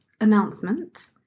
announcement